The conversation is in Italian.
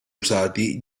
usati